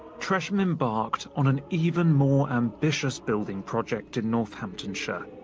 tresham embarked on an even more ambitious building project in northamptonshire,